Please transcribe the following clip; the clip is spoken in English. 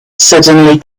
suddenly